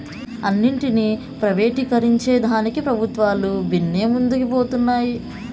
అన్నింటినీ ప్రైవేటీకరించేదానికి పెబుత్వాలు బిన్నే ముందరికి పోతన్నాయి